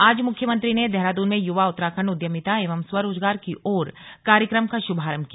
आज मुख्यमंत्री ने देहरादून में युवा उत्तराखण्ड उद्यमिता एवं स्वरोजगार की ओर कार्यक्रम का शुभारंभ किया